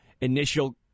initial